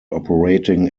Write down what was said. operating